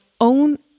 own